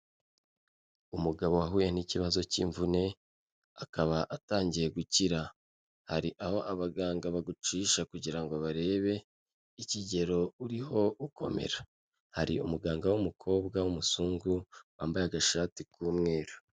Umugabo wahuye n'ikibazo cy'imvune akaba atangiye gukira, hari aho abaganga bagucisha kugira ngo barebe ikigero uriho ukomera, hari umuganga w'umukobwa w'umuzungu wambaye agashati k'umweru.